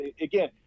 again